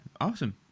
awesome